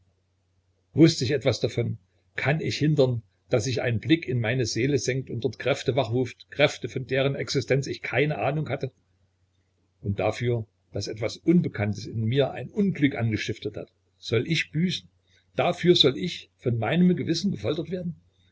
wußt ich etwas davon kann ich hindern daß sich ein blick in meine seele senkt und dort kräfte wachruft kräfte von deren existenz ich keine ahnung hatte und dafür daß etwas unbekanntes in mir ein unglück angestiftet hat soll ich büßen dafür soll ich von meinem gewissen gefoltert werden